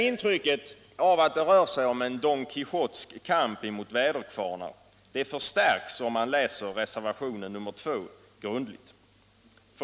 Intrycket av att det rör sig om en Don Quijotsk kamp mot väderkvarnar förstärks om man läser reservationen 2 grundligt.